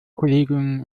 kolleginnen